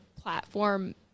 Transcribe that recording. platform